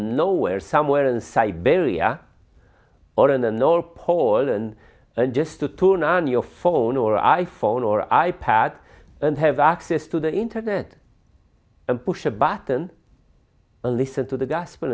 nowhere somewhere in siberia or in the north poland and just a tune on your phone or i phone or i pad and have access to the internet and push a button and listen to the gospel